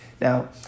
Now